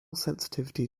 sensitivity